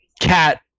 Cat